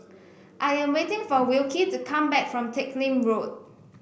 I am waiting for Wilkie to come back from Teck Lim Road